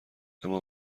اما